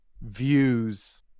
views